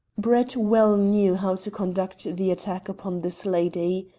brett well knew how to conduct the attack upon this lady.